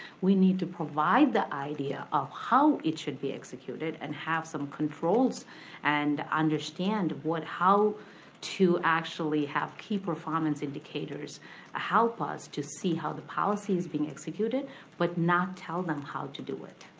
we need to provide the idea of how it should be executed and have some controls and understand how to actually have key performance indicators help us to see how the policy is being executed but not tell them how to do it.